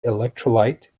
electrolyte